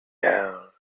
down